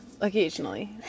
occasionally